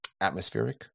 atmospheric